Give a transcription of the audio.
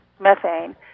Methane